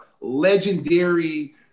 legendary